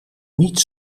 niet